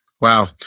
Wow